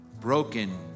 broken